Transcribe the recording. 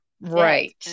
Right